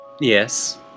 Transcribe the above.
Yes